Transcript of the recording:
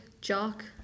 Jock